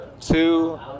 Two